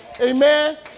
Amen